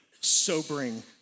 sobering